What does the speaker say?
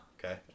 Okay